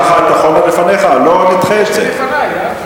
חברי חברי הכנסת, אם כך, תם סדר-היום.